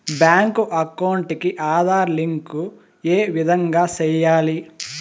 Bank account కి Aadhaar link ఏ విధంగా సెయ్యాలి?